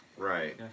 Right